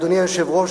אדוני היושב-ראש,